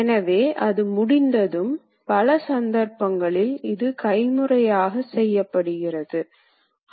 எனவே அடிப்படையில் கணினி எண்ணிக்கையில் கட்டுப்படுத்தப்படுவது என்பது அந்தக் கணினி கட்டுப்பாட்டையே குறிக்கும்